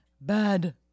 bad